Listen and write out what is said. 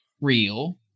real